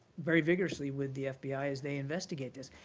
very vigorously with the fbi as they investigate this.